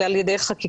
אלא על ידי חקיקה.